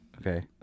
Okay